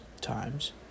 times